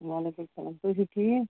وعلیکُم سلام تُہۍ چھُو ٹھیٖک